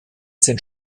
sind